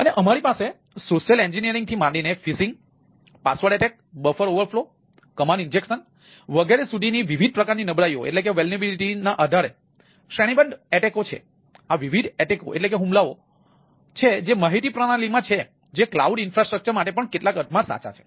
અને અમારી પાસે સોશિયલ એન્જિનિયરિંગ માટે પણ કેટલાક અર્થમાં સાચા છે